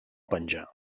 penjar